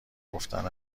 گفتن